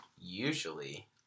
usually